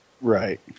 Right